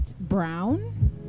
brown